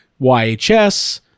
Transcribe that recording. YHS